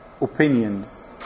opinions